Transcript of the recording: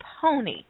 pony